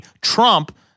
Trump